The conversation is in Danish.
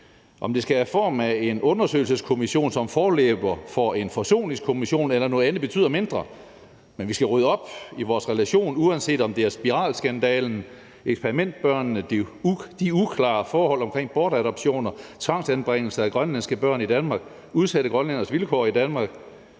Om det skal have form af en undersøgelseskommission som forløber for en forsoningskommission eller noget andet, betyder mindre. Men vi skal rydde op i vores relation, uanset om det er spiralskandalen, eksperimentbørnene, de uklare forhold omkring bortadoptioner, tvangsanbringelse af grønlandske børn i Danmark, udsatte grønlænderes vilkår i Danmark,